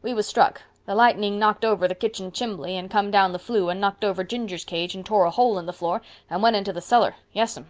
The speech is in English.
we was struck. the lightning knocked over the kitchen chimbly and come down the flue and knocked over ginger's cage and tore a hole in the floor and went into the sullar. yas'm.